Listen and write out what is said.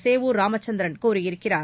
சேவூர் ராமச்சந்திரன் கூறியிருக்கிறார்